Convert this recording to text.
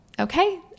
Okay